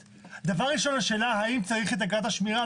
דבר ראשון נשאלת השאלה, האם צריך את אגרת השמירה?